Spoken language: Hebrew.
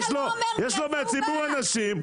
יש לו מהציבור אנשים,